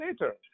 later